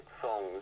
songs